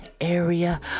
area